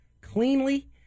cleanly